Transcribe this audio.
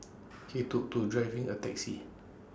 he took to driving A taxi